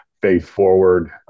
faith-forward